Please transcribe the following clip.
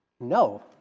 no